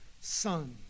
son